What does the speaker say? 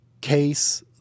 case